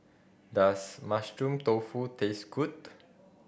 does Mushroom Tofu taste good